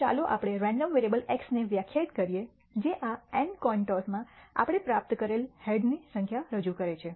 તો ચાલો આપણે રેન્ડમ વેરીએબલ x ને વ્યાખ્યાયિત કરીએ જે આ n કોઈન ટોસમાં આપણે પ્રાપ્ત કરેલા હેડની સંખ્યા રજૂ કરે છે